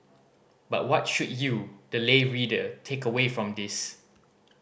but what should you the lay reader take away from this